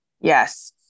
Yes